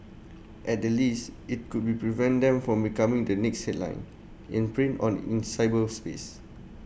at the least IT could be prevent them from becoming the next headline in print or in cyberspace